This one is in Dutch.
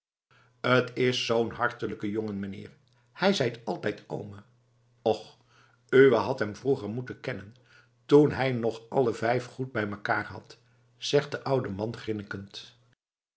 t is zoo'n hartelijke jongen meneer hij zeit altijd oome och uwé had hem vroeger moeten kennen toen hij nog alle vijf goed bij mekaar had zegt de oude man